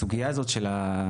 את הסוגיה הזאת של הגישור,